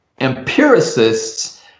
empiricists